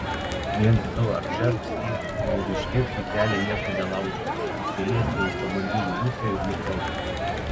viens du apžergs jį ir išlėks į kelią nieko nelaukdamas įsilies į automobilių upę ir nuplauks